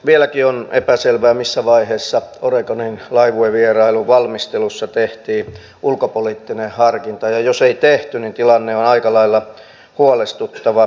vieläkin on epäselvää missä vaiheessa oregonin laivuevierailun valmistelussa tehtiin ulkopoliittinen harkinta ja jos ei tehty niin tilanne on aika lailla huolestuttava